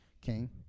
King